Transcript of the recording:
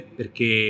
perché